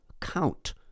count